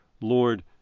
Lord